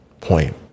point